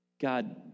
God